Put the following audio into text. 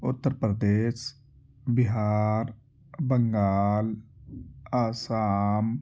Uttar Pradesh Bihar Bengal Assam